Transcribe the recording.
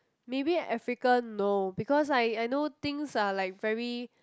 maybe Africa no because I I know things are like very